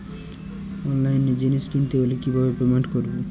অনলাইনে জিনিস কিনতে হলে কিভাবে পেমেন্ট করবো?